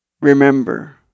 remember